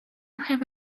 have